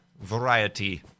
variety